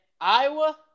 Iowa